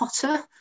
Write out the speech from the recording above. potter